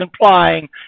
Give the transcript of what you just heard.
implying